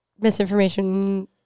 misinformation